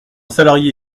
salarié